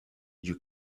you